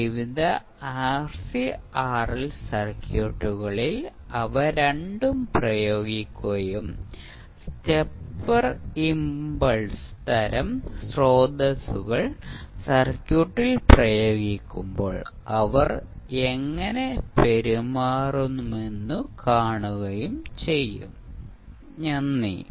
വിവിധ RC RL സർക്യൂട്ടുകളിൽ അവ രണ്ടും പ്രയോഗിക്കുകയും സ്റ്റെപ്പർ ഇംപൾസ് തരം സ്രോതസ്സുകൾ സർക്യൂട്ടിൽ പ്രയോഗിക്കുമ്പോൾ അവർ എങ്ങനെ പെരുമാറുമെന്ന് കാണുകയും ചെയ്യും നന്ദി